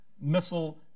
missile